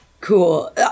Cool